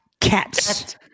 Cats